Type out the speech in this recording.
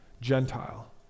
Gentile